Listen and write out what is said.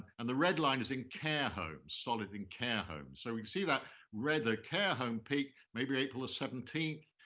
and the red line is in care homes, solid in care homes. so we can see that red, the care home peak, maybe april the seventeenth,